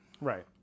Right